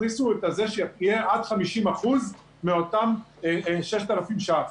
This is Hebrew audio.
הכניסו את זה שיהיה עד 50% מאותם 6,000 שקלים.